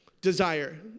Desire